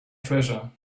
treasure